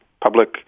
public